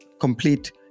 complete